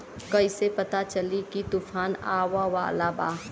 कइसे पता चली की तूफान आवा वाला बा?